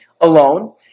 alone